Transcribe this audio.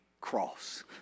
cross